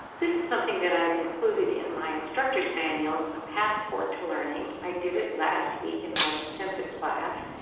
this is something that i have included in my instructor's manuals, passport to learning. i did it last week in my intensive class.